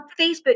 facebook